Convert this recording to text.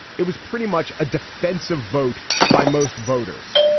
it was pretty much a defensive vote by most voters.